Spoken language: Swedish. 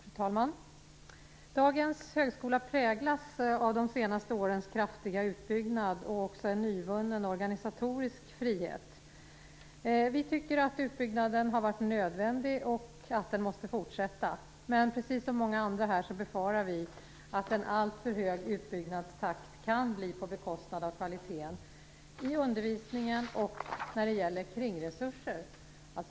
Fru talman! Dagens högskola präglas av de senaste årens kraftiga utbyggnad och en viss nyvunnen organisatorisk frihet. Vi tycker att utbyggnaden har varit nödvändig och att den också måste fortsätta, men precis som många andra här befarar vi att en alltför hög utbyggnadstakt kan bli på bekostnad av kvaliteten i undervisningen och när det gäller kringresurser.